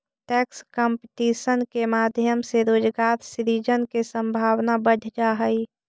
tax competition के माध्यम से रोजगार सृजन के संभावना बढ़ जा हई